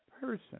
person